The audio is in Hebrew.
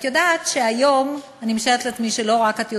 את יודעת שהיום, אני משערת לעצמי שלא רק את יודעת,